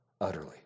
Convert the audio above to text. Utterly